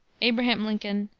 abraham lincoln,